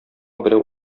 берәү